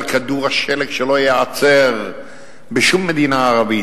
כדור השלג שלא ייעצר בשום מדינה ערבית,